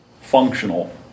functional